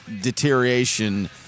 deterioration